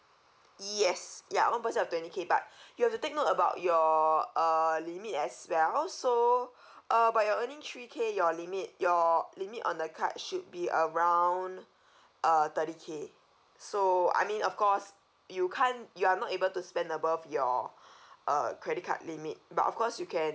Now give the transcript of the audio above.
yes ya one percent of twenty K but you have to take note about your err limit as well so uh but your earning three K your limit your limit on the card should be around uh thirty K so I mean of course you can't you are not able to spend above your uh credit card limit but of course you can